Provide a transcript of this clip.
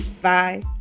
Bye